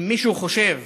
אם מישהו חושב